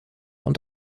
und